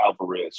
Alvarez